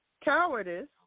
cowardice